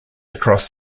across